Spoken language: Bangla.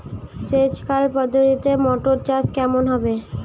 সেচ খাল পদ্ধতিতে মটর চাষ কেমন হবে?